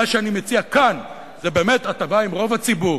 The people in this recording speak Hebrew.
מה שאני מציע כאן, זה באמת הטבה עם רוב הציבור.